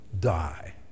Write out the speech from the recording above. die